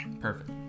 perfect